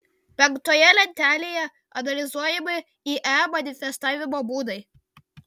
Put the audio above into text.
penktoje lentelėje analizuojami ie manifestavimo būdai